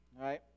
right